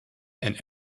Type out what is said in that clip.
and